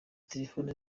telefone